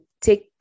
Take